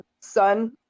son